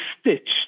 stitched